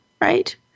right